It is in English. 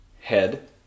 head